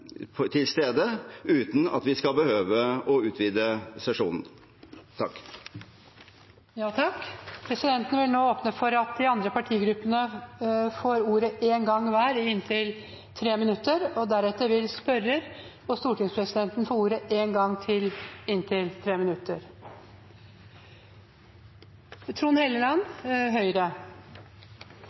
vedtak, til stede, uten at vi skal behøve å utvide sesjonen. Presidenten vil nå åpne for at de andre partigruppene får ordet én gang hver i inntil 3 minutter, og deretter vil spørrer og stortingspresidenten få ordet én gang til i inntil 3 minutter.